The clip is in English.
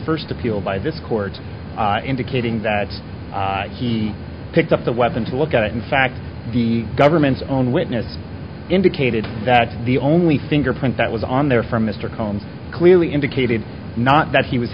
first appeal by this court indicating that he picked up the weapon to look at it in fact the government's own witness indicated that the only fingerprint that was on there for mr combs clearly indicated not that he was